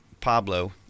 Pablo